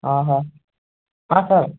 ଅହୋ ହଁ ସାର୍